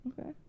okay